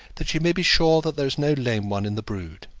that she may be sure that there is no lame one in the brood.